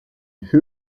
who